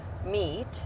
meet